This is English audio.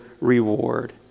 reward